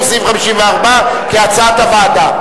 54, כהצעת הוועדה.